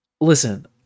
Listen